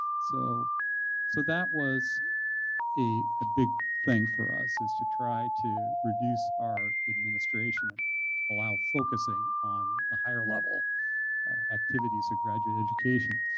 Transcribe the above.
so so that was a big thing for us, is to try to reduce our administration and allow focusing on higher level activities of graduate education.